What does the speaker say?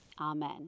amen